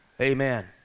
amen